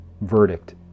verdict